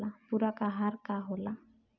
पुरक अहार का होला?